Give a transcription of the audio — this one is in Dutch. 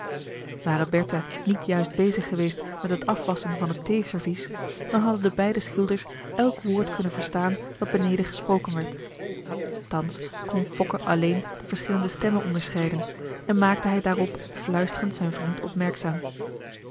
ware bertha niet juist bezig geweest met het afwasschen van het theeservies dan hadden de beide schilders elk woord kunnen verstaan dat beneden gesproken werd thans kon fokke alleen de verschillende stemmen onderscheiden en maakte hij daarop fluisterend zijn vriend